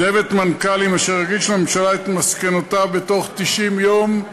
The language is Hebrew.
צוות מנכ"לים אשר יגיש לממשלה את מסקנותיו בתוך 90 יום,